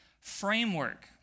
framework